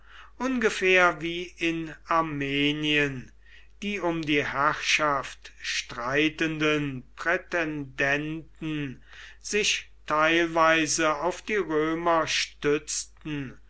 ungefähr wie in armenien die um die herrschaft streitenden prätendenten sich teilweise auf die römer stützten